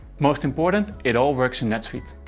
most important it all works in netsuite.